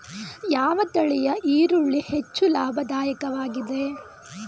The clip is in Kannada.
ಯಾವ ತಳಿಯ ಈರುಳ್ಳಿ ಹೆಚ್ಚು ಲಾಭದಾಯಕವಾಗಿದೆ?